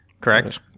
correct